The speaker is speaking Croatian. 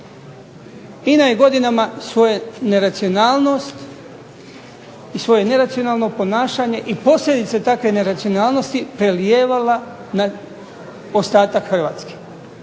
INA je godinama svoje neracionalnost i svoje neracionalno ponašanje i posljedice takve neracionalnosti prelijevala na ostatak Hrvatske